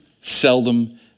seldom